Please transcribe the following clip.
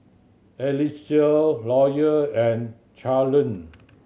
Eliseo Loyal and Charleen